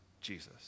Jesus